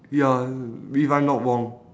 ya if I'm not wrong